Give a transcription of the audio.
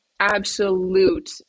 absolute